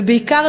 ובעיקר,